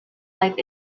life